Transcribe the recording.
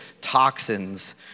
toxins